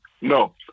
No